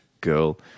girl